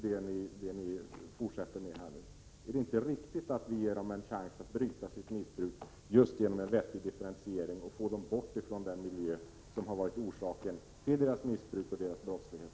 Vore det inte riktigt att ge dessa människor en chans att bryta sitt missbruk just genom en vettig differentiering och genom att ta bort dem från den miljö som har varit orsaken till deras missbruk och deras brottslighet?